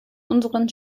unseren